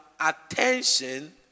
attention